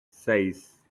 seis